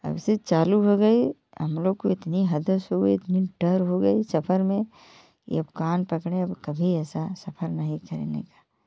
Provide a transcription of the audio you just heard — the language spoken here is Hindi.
अब से चालू हो गई हम लोग को इतनी हादसा हो गई इतनी डर हो गई सफर में ये अब कान पकड़ें अब कभी ऐसा सफर नहीं करने का